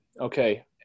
Okay